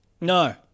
No